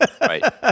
Right